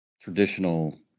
traditional